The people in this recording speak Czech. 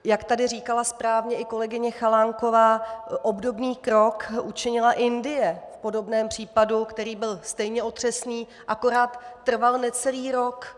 Jak tady říkala správně i kolegyně Chalánková, obdobný krok učinila i Indie v podobném případu, který byl stejně otřesný, akorát trval necelý rok.